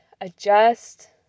adjust